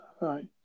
right